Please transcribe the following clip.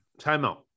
Timeout